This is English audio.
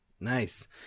Nice